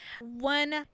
One